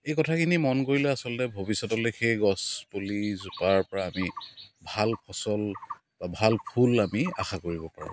এই কথাখিনি মন কৰিলে আচলতে ভৱিষ্যতলৈকে গছপুলিজোপাৰ পৰা আমি ভাল ফচল ভাল ফুল আমি আশা কৰিব পাৰোঁ